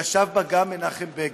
שישב בה גם מנחם בגין.